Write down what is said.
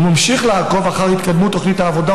וממשיך לעקוב אחר התקדמות תוכנית העבודה